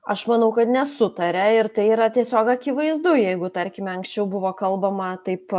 aš manau kad nesutaria ir tai yra tiesiog akivaizdu jeigu tarkime anksčiau buvo kalbama taip